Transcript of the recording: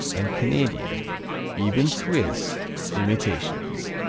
and canadian even swiss imitations.